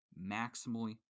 maximally